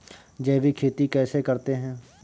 जैविक खेती कैसे करते हैं?